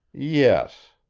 yes,